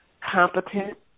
competent